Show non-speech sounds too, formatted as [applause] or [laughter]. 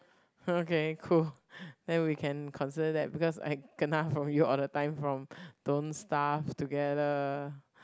okay cool [breath] then we can consider that because I kena from you all the time from don't stuff together